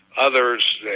Others